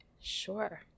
Sure